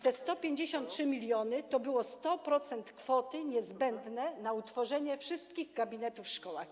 Te 153 mln to było 100% kwoty niezbędnej na utworzenie wszystkich gabinetów w szkołach.